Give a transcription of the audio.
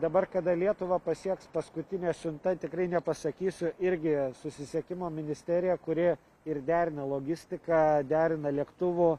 dabar kada lietuvą pasieks paskutinė siunta tikrai nepasakysiu irgi susisiekimo ministerija kuri ir derina logistiką derina lėktuvų